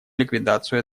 ликвидацию